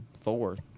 fourth